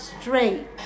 straight